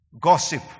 gossip